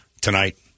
tonight